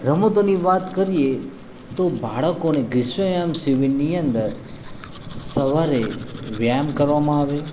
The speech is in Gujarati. રમતોની વાત કરીએ તો બાળકોને ગ્રીષ્મયાન શીબિરની અંદર સવારે વ્યાયામ કરવામાં આવે